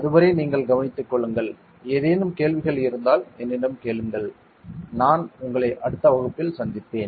அதுவரை நீங்கள் கவனித்துக் கொள்ளுங்கள் ஏதேனும் கேள்விகள் இருந்தால் என்னிடம் கேளுங்கள் நான் உங்களை அடுத்த வகுப்பில் சந்திப்பேன்